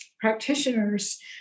practitioners